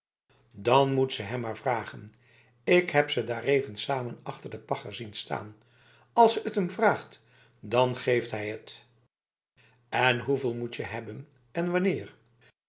dan moet ze het hem maar vragen ik heb ze daareven samen achter de pagger zien staan als ze t hem vraagt dan geeft hij het en hoeveel moetje hebben en wanneer